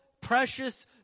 precious